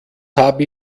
habe